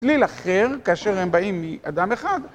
צליל אחר, כאשר הם באים מאדם אחד.